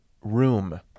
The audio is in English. Room